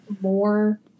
more